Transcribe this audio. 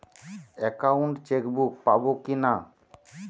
Account chequebook পাবো কি না?